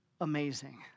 amazing